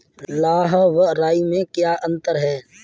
लाह व राई में क्या अंतर है?